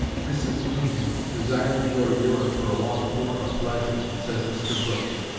mrs. lincoln desired to go to europe for a long tour of pleasure, says mr. brooks.